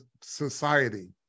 society